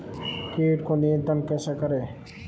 कीट को नियंत्रण कैसे करें?